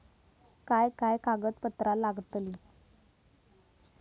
काय काय कागदपत्रा लागतील?